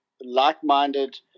like-minded